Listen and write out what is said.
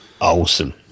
Awesome